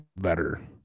better